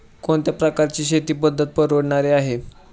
कोणत्या प्रकारची शेती पद्धत परवडणारी आहे?